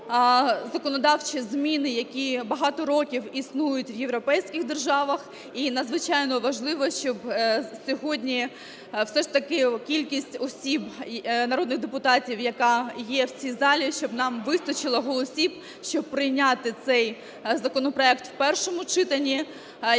законодавчі зміни, які багато років існують в європейських державах. І надзвичайно важливо, щоб сьогодні все ж таки кількість осіб народних депутатів, яка є в цій залі, щоб нам вистачило голосів, щоб прийняти цей законопроект у першому читанні,